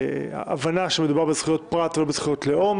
הבנה שמדובר בזכויות פרט ולא בזכויות לאום